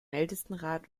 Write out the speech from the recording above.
ältestenrat